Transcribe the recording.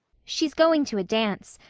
she's going to a dance,